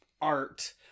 art